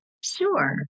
Sure